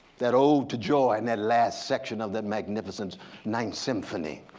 that ode to joy, in that last section of that magnificent ninth symphony.